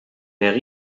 mère